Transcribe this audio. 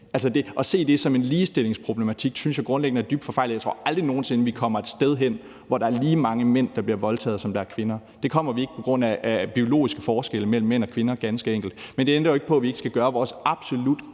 end mænd, som en ligestillingsproblematik synes jeg grundlæggende er dybt forfejlet. Jeg tror aldrig nogen sinde, vi kommer et sted hen, hvor der er lige så mange mænd, der bliver voldtaget, som der er kvinder. Det kommer vi ganske enkelt ikke på grund af biologiske forskelle mellem mænd og kvinder. Men det ændrer jo ikke på, at vi skal gøre vores absolut